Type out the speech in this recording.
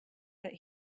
that